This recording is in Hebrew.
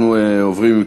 אנחנו עוברים,